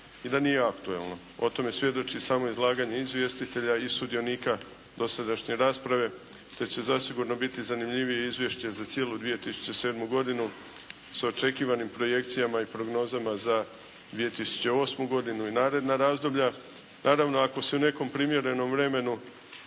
i da nije aktuelno. O tome svjedoči samo izlaganje izvjestitelja i sudionika dosadašnje rasprave te će zasigurno biti zanimljivije izvješće za cijelu 2007. godinu s očekivanim projekcijama i prognozama za 2008. godinu i naredna razdoblja, naravno ako se u nekom primjerenom vremenu